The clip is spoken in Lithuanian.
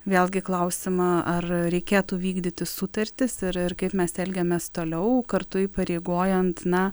vėlgi klausimą ar reikėtų vykdyti sutartis ir ir kaip mes elgiamės toliau kartu įpareigojant na